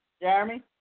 Jeremy